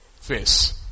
face